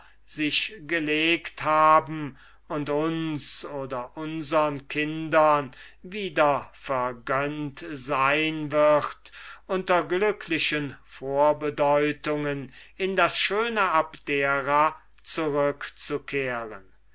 sich gelegt haben und uns oder unsern kindern wieder vergönnt sein wird unter glücklichen vorbedeutungen in die schöne abdera